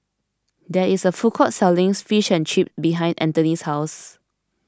there is a food court selling Fish and Chips behind Anthony's house